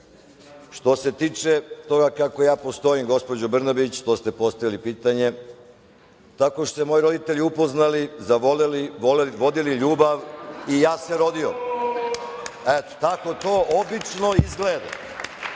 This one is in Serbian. reč. Što se tiče toga kako ja postojim gospođo Brnabić, to ste postavili pitanje, tako što su se moji roditelji upoznali, zavoleli, vodili ljubav i ja se rodio. Eto tako to obično izgleda.U